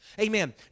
amen